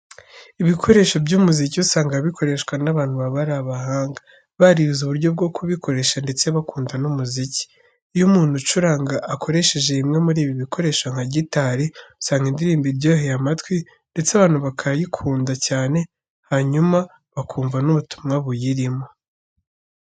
Ibikoresho by'umuziki usanga bikoreshwa n'abantu baba ari abahanga, barize uburyo bwo kubikoresha ndetse bakunda n'umuziki. Iyo umuntu ucuranga akoresheje bimwe muri ibi bikoresho nka gitari, usanga indirimbo iryoheye amatwi ndetse abantu bakayikunda cyane hanyuma bakumva n'ubutumwa buyirimo .